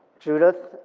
judith,